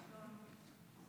גברתי היושבת-ראש,